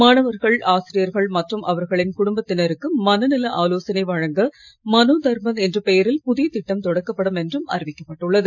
மாணவர்கள் ஆசிரியர்கள் மற்றும் அவர்களின் குடும்பத்தினருக்கு மனநல ஆலோசனை வழங்க மனோதர்ப்பண் என்ற பெயரில் புதிய திட்டம் தொடக்கப்படும் என்றும் அறிவிக்கப் பட்டுள்ளது